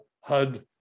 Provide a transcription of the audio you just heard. HUD